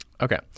okay